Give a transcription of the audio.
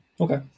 Okay